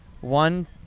one